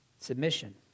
submission